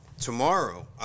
tomorrow